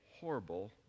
horrible